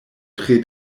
tre